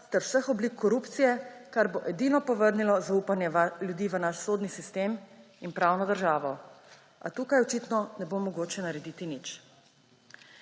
ter vseh oblik korupcije, kar bo edino povrnilo zaupanje ljudi v naš sodni sistem in pravno državo. A tukaj očitno ne bo mogoče narediti nič.